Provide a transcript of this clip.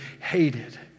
hated